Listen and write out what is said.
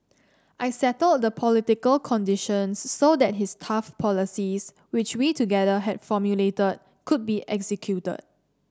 I settled the political conditions so that his tough policies which we together had formulated could be executed